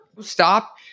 Stop